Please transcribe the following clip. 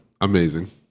amazing